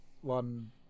one